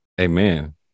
amen